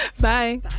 bye